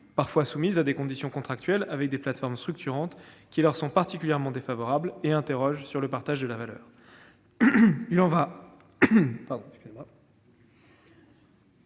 parfois soumises à des conditions contractuelles, avec des plateformes structurantes qui leur sont particulièrement défavorables et interrogent sur le partage de la valeur. Il y va